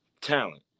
talent